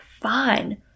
fine